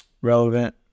relevant